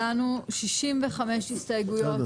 אם הם הגישו הסתייגויות והם לא פה,